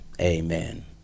amen